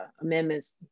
Amendments